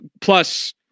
plus